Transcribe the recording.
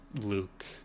luke